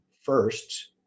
first